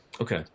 Okay